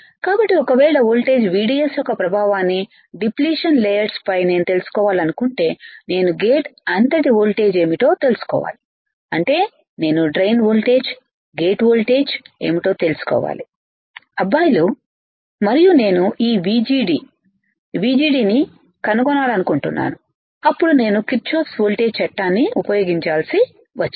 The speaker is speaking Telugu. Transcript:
కాబట్టి ఒకవేళ వోల్టేజ్ VDSయొక్క ప్రభావాన్ని డిఫ్లేషన్ లేయర్పై పై నేను తెలుసుకోవాలనుకుంటే నేను గేట్ అంతటి వోల్టేజ్మిటో తెలుసుకోవాలి అంటే నేను డ్రైన్ వోల్టేజ్ గేట్ వోల్టేజ్ ఏమిటో తెలుసుకోవాలి అబ్బాయిలు మరియు నేను ఈ VGD ని కనుగొనాలనుకుంటున్నానుఅప్పుడు నేను కిర్చోఫ్స్ వోల్టేజ్ చట్టాన్ని ఉపయోగించాల్సి వచ్చింది